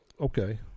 okay